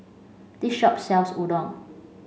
this shop sells Udon